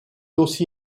aussi